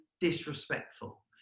disrespectful